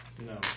No